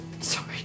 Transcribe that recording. Sorry